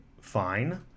fine